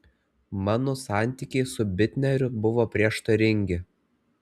mano santykiai su bitneriu buvo prieštaringi